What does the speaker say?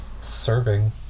serving